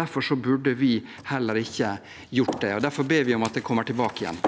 Derfor burde vi heller ikke gjort dette, og derfor ber vi om at dette kommer tilbake igjen.